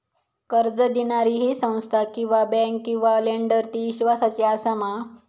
कर्ज दिणारी ही संस्था किवा बँक किवा लेंडर ती इस्वासाची आसा मा?